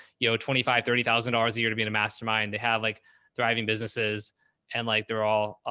you know, twenty five, thirty thousand dollars a year to be in a mastermind, they have like thriving businesses and like they're all,